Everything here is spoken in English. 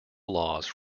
laws